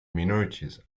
minorities